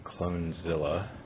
Clonezilla